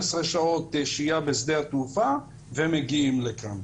שעות שהייה בשדה התעופה ומגיעים לכאן.